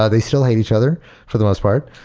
ah they still hate each other for the most part.